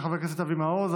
של חבר הכנסת אבי מעוז,